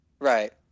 Right